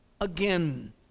again